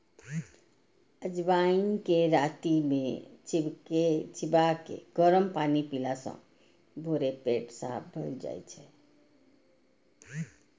अजवाइन कें राति मे चिबाके गरम पानि पीला सं भोरे पेट साफ भए जाइ छै